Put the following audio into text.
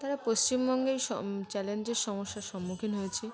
তারা পশ্চিমবঙ্গেই চ্যালেঞ্জের সমস্যার সম্মুখীন হয়েছি